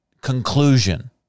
conclusion